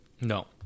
No